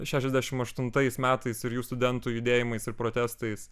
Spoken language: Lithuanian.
šešiasdešimt aštuntais metais ir jų studentų judėjimais ir protestais